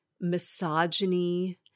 misogyny